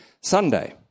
Sunday